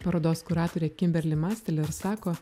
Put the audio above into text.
parodos kuratorė kimberli mastiler sako